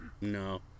No